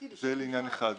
זה לעניין אחד.